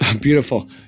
beautiful